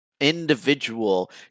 individual